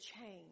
change